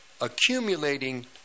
accumulating